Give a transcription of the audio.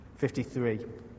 53